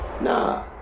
Nah